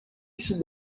isso